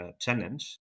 challenge